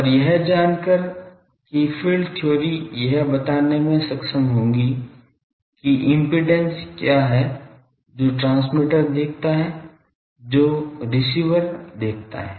और यह जानकर कि फील्ड थ्योरी यह बताने में सक्षम होंगी कि इम्पीडेन्स क्या हैं जो ट्रांसमीटर देखता है जो रिसीवर देखता है